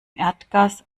erdgas